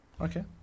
Okay